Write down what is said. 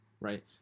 right